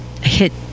hit